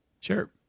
Sure